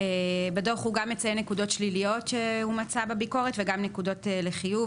בדוח הוא גם מציין נקודות שליליות שהוא מצא בביקורת וגם נקודות לחיוב,